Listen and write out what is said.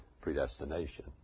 predestination